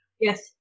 Yes